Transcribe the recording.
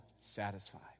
satisfied